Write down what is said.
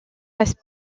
passe